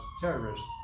terrorists